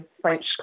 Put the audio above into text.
French